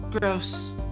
Gross